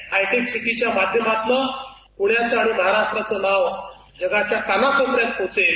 या हायटेक सिटीच्या माध्यमातनं पुण्याचं आणि महाराष्ट्राचं नाव जगाच्या कानाकोपऱ्यात पोचेल